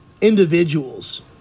individuals